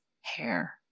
hair